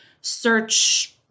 search